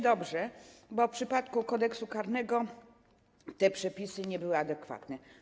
Dobrze, bo w przypadku Kodeksu karnego te przepisy nie były adekwatne.